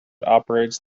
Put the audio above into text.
operates